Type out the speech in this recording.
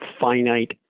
finite